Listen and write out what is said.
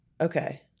Okay